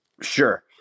Sure